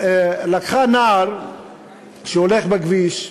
לקחה נער שהולך בכביש,